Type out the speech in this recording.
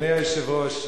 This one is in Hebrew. אדוני היושב-ראש,